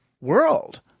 world